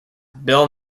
bill